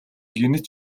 гэнэт